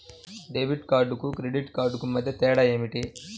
Debit కార్డుకు credit కార్డుకు మధ్య తేడా ఏమిటీ?